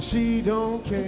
she don't care